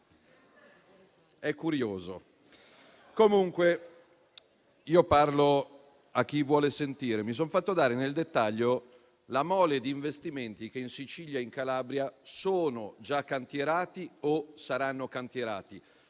È curioso. Comunque, parlo a chi vuole sentire. Mi sono fatto dare nel dettaglio la mole di investimenti che in Sicilia e in Calabria sono già cantierati o saranno cantierati